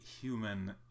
human